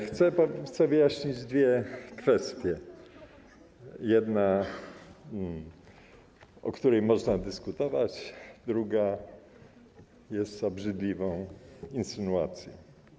Chcę wyjaśnić dwie kwestie: jedna to taka, o której można dyskutować, druga jest obrzydliwą insynuacją.